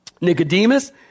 Nicodemus